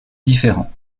différents